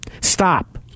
stop